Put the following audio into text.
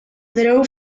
drew